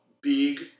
big